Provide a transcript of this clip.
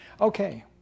Okay